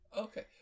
Okay